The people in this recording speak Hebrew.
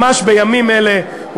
ממש בימים אלה.